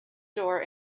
door